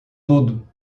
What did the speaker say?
tudo